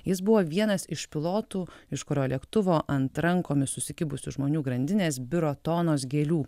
jis buvo vienas iš pilotų iš kurio lėktuvo ant rankomis susikibusių žmonių grandinės biro tonos gėlių